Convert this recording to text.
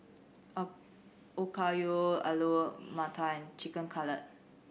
Okayu Alu Matar and Chicken Cutlet